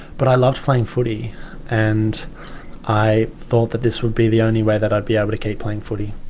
but i loved playing footy and i thought that this would be the only way that i'd be able to keep playing footy.